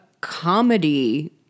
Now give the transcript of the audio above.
comedy